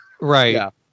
Right